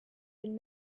been